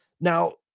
Now